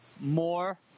more